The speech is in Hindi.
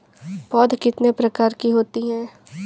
पौध कितने प्रकार की होती हैं?